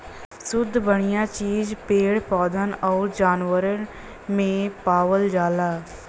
सुद्ध बढ़िया चीज पेड़ पौधन आउर जानवरन में पावल जाला